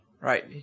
Right